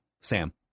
Sam